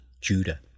Judah